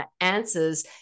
answers